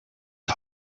die